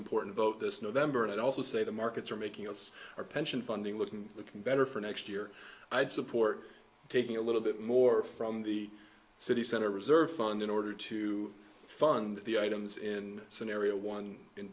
important vote this november and also say the markets are making us our pension funding looking looking better for next year i'd support taking a little bit more from the city center reserve fund in order to fund the items in scenario one in